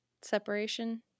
separation